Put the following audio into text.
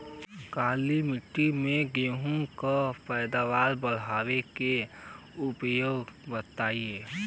काली मिट्टी में गेहूँ के पैदावार बढ़ावे के उपाय बताई?